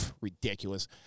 Ridiculous